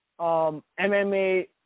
MMA